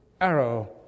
arrow